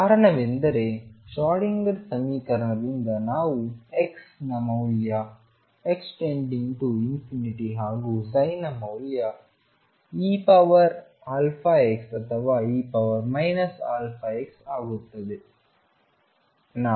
ಕಾರಣವೆಂದರೆ ಶ್ರೋಡಿಂಗರ್ ಸಮೀಕರಣದಿಂದ ನಾವು x ನ ಮೌಲ್ಯ x →∞ ಹಾಗೂ ψ ನ ಮೌಲ್ಯ ex ಅಥವಾ e x ಆಗುತ್ತದೆ